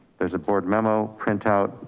there's a board memo, printout,